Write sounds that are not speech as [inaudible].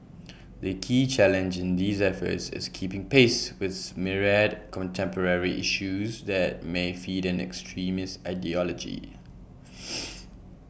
[noise] the key challenge in these efforts is keeping pace with myriad contemporary issues that may feed an extremist ideology [noise]